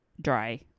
dry